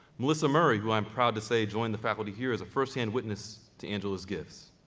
melissa murray, who i'm proud to say, joined the faculty here, is a first-hand witness to angela's gifts.